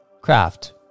craft